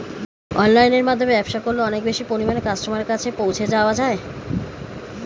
অনলাইনের মাধ্যমে ব্যবসা করলে অনেক বেশি পরিমাণে কাস্টমারের কাছে পৌঁছে যাওয়া যায়?